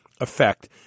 effect